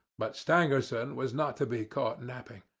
but stangerson was not to be caught napping.